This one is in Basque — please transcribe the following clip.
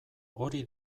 hori